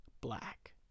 black